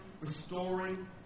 restoring